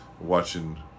Watching